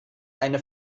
eine